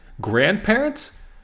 Grandparents